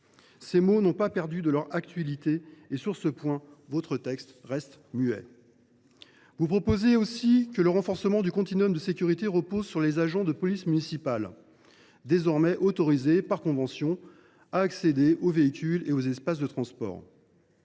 Ces mots n’ont pas perdu leur actualité ; or, sur ce point, votre texte reste muet. Vous proposez aussi que le renforcement du continuum de sécurité repose sur les agents des polices municipales, qui seraient désormais autorisés par convention à accéder aux véhicules et aux espaces de transport.